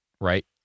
right